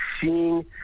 seeing